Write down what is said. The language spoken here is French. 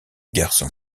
garçon